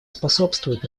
способствуют